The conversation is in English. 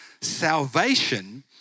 salvation